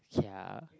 kia